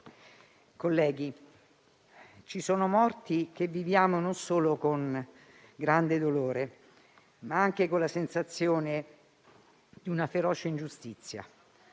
colleghi, ci sono morti che viviamo non solo con grande dolore, ma anche con la sensazione di una feroce ingiustizia.